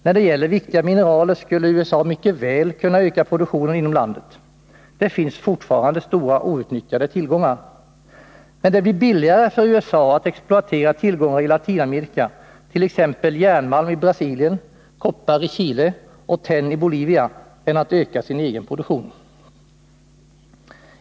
När det gäller viktiga mineraler skulle USA mycket väl kunna öka produktionen inom landet. Det finns fortfarande stora outnyttjade tillgångar. Men det blir billigare för USA att exploatera tillgångar i Latinamerika, t.ex. järnmalm i Brasilien, koppar i Chile och tenn i Bolivia, än att öka sin egen produktion.